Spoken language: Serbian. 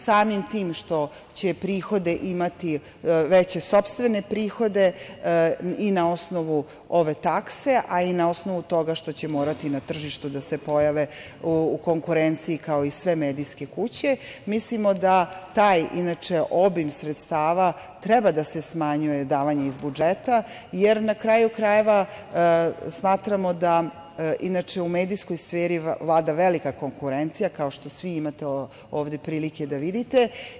Samim tim što će imati veće sopstvene prihode i na osnovu ove takse, a i na osnovu toga što će morati na tržištu da se pojave u konkurenciji kao i sve medijske kuće, mislimo da taj inače obim sredstava, treba da se smanjuje davanje iz budžeta, jer, na kraju krajeva, smatramo da u medijskoj sferi vlada velika konkurencija, kao što svi imate ovde prilike da vidite.